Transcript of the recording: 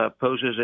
poses